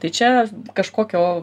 tai čia kažkokio